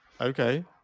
okay